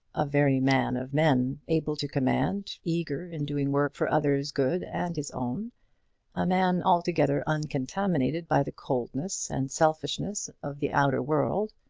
a very man of men, able to command, eager in doing work for others' good and his own a man altogether uncontaminated by the coldness and selfishness of the outer world.